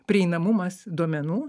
prieinamumas duomenų